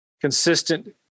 consistent